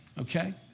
Okay